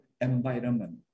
environment